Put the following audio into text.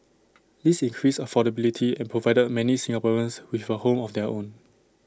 this increased affordability and provided many Singaporeans with A home of their own